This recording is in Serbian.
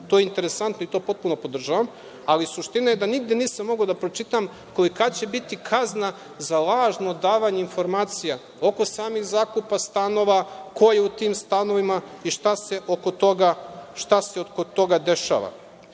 to je interesantno i to potpuno podržavam, ali suština je da nigde nisam mogao da pročitam kolika će biti kazna za lažno davanje informacija oko samih zakupa stanova, ko je u tim stanovima i šta se oko toga dešava. Ono